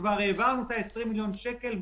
שכבר העברנו את ה-20 מיליון שקל,